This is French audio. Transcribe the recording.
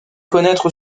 connaître